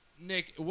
Nick